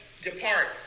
Depart